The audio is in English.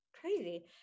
crazy